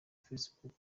facebook